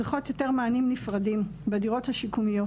צריכות יותר מענין נפרדים בדירות השיקומיות.